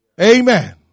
Amen